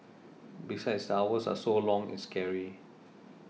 besides the hours are so long it's scary